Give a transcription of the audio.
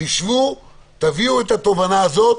תשבו, תביאו את התובנה הזאת.